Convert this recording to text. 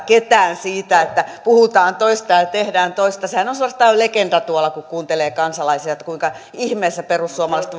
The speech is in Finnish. ketään siitä että puhutaan toista ja tehdään toista sehän on suorastaan legenda tuolla kun kuuntelee kansalaisia että kuinka ihmeessä perussuomalaiset